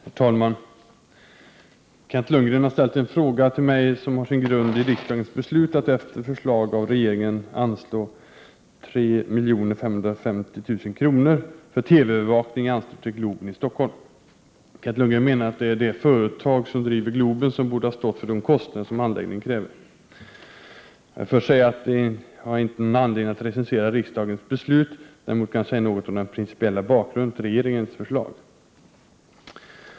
Herr talman! Kent Lundgren har ställt en fråga till mig som har sin grund i riksdagens beslut att efter förslag av regeringen anslå 3 550 000 kr. för TV-övervakning i anslutning till Globen i Stockholm. Kent Lundgren menar att det är det företag som driver Globen som borde ha stått för de kostnader som anläggningen kräver. Jag vill först säga att jag inte har någon anledning att recensera riksdagens beslut. Däremot kan jag säga något om den principiella bakgrunden till regeringens förslag.